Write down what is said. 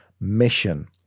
mission